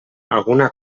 alguna